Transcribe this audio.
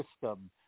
system